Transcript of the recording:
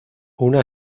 una